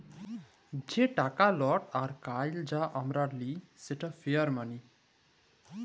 যে টাকা লট আর কইল যা আমরা লিই সেট ফিয়াট মালি